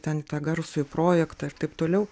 ten į tą garsųjį projektą ir taip toliau